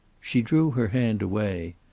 she drew her hand away.